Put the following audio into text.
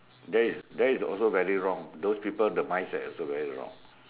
that is that is also very wrong those people the mindset also very wrong